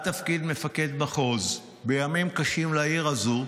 תפקיד מפקד מחוז בימים קשים לעיר הזו,